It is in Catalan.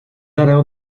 hereu